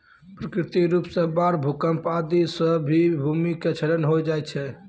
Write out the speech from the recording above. प्राकृतिक रूप सॅ बाढ़, भूकंप आदि सॅ भी भूमि के क्षरण होय जाय छै